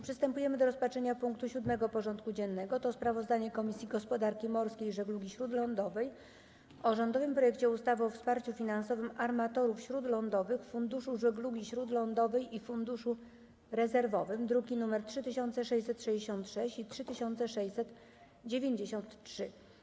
Przystępujemy do rozpatrzenia punktu 7. porządku dziennego: Sprawozdanie Komisji Gospodarki Morskiej i Żeglugi Śródlądowej o rządowym projekcie ustawy o wsparciu finansowym armatorów śródlądowych, Funduszu Żeglugi Śródlądowej i Funduszu Rezerwowym (druki nr 3666 i 3693)